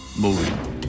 movie